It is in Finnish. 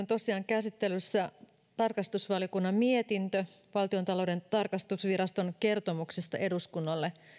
tosiaan käsittelyssä tarkastusvaliokunnan mietintö valtiontalouden tarkastusviraston kertomuksesta eduskunnalle